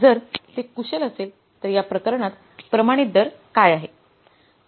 जर ते कुशल असेल तर या प्रकरणात प्रमाणित दर काय आहे